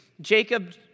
Jacob